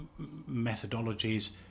methodologies